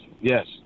yes